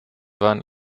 waren